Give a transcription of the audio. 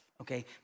okay